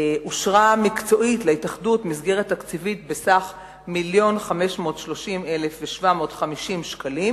אושרה מקצועית להתאחדות מסגרת תקציבית בסך מיליון ו-530,750 שקלים.